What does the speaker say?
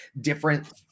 different